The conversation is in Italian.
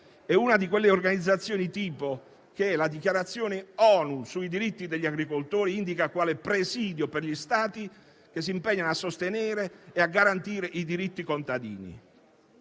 È una di quelle organizzazioni tipo che la dichiarazione ONU sui diritti degli agricoltori indica quale presidio per gli Stati che si impegnano a sostenere e a garantire i diritti contadini.